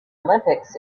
olympics